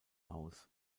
aus